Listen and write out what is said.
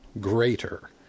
greater